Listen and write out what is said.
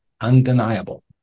undeniable